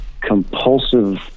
compulsive